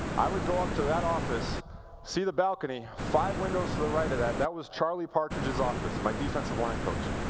i would go up to that office see the balcony five windows to the right of that that was charlie partridge's office, my defensive line coach.